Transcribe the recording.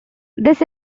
this